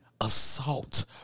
assault